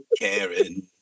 Karen